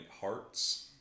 Hearts